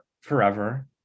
forever